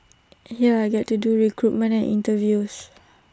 here I get to do recruitment and interviews